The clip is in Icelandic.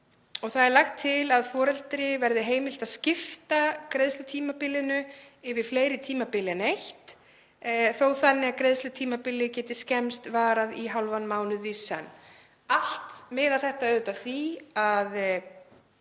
Það er lagt til að foreldri verði heimilt að skipta greiðslutímabilinu yfir fleiri tímabil en eitt, þó þannig að greiðslutímabilið geti skemmst varað í hálfan mánuð í senn. Allt miðar þetta að því að